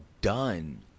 done